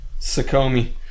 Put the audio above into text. Sakomi